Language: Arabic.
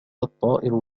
الطائر